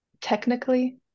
technically